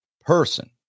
person